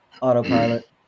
autopilot